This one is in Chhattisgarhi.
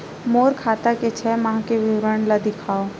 मोर खाता के छः माह के विवरण ल दिखाव?